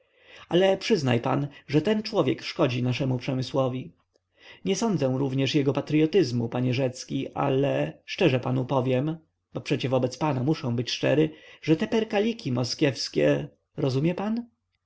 ale przyznaj pan że ten człowiek szkodzi naszemu przemysłowi nie sądzę również jego patryotyzmu panie rzecki ale szczerze panu powiem bo przecie wobec pana muszę być szczery że te perkaliki moskiewskie rozumie pan